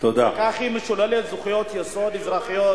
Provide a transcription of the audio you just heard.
כך היא משוללת זכויות יסוד אזרחיות,